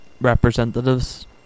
representatives